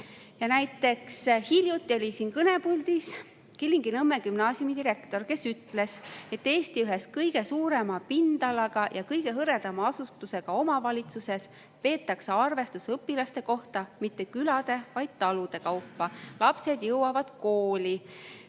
Näiteks oli hiljuti siin kõnepuldis Kilingi-Nõmme Gümnaasiumi direktor, kes ütles, et Eesti ühes kõige suurema pindalaga ja kõige hõredama asustusega omavalitsuses peetakse arvestust õpilaste kohta mitte külade, vaid talude kaupa. Lapsed jõuavad kooli,